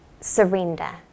surrender